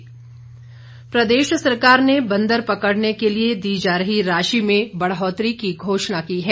गोविंद ठाक्र प्रदेश सरकार ने बंदर पकड़ने के लिए दी जा रही राशि में बढौतरी की घोषणा की है